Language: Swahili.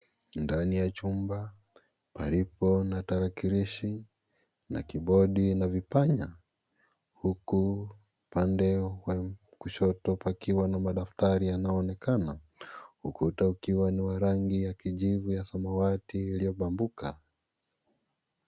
Ndani ya chumba palipo na tarakilishi na kibodi na vipanya huku upande wa kushoto pakiwa na madaftari yanayoonekana. Ukuta ukiwa ni wa rangi ya kijivu ya samawati iliyobambuka.